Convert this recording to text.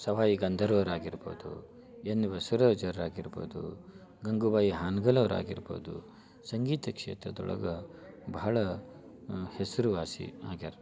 ಸವಾಯಿ ಗಂಧರ್ವರು ಆಗಿರ್ಬೋದು ಎನ್ ಬಸವರಾಜ್ ಅವ್ರು ಆಗಿರ್ಬೋದು ಗಂಗೂಬಾಯಿ ಹಾನಗಲ್ ಅವ್ರು ಆಗಿರ್ಬೋದು ಸಂಗೀತ ಕ್ಷೇತ್ರದೊಳಗೆ ಬಹಳ ಹೆಸರುವಾಸಿ ಆಗ್ಯಾರ